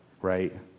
right